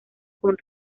con